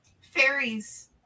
Fairies